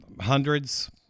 Hundreds